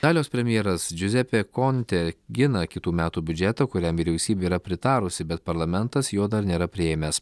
talijos premjeras džiuzepė kontė gina kitų metų biudžetą kuriam vyriausybė yra pritarusi bet parlamentas jo dar nėra priėmęs